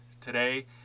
today